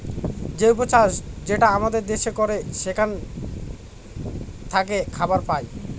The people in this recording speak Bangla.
জৈব চাষ যেটা আমাদের দেশে করে সেখান থাকে খাবার পায়